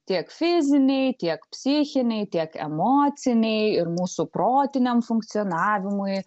tiek fizinei tiek psichinei tiek emocinei ir mūsų protiniam funkcionavimui